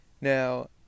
Now